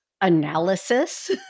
analysis